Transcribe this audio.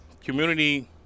community